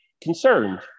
concerned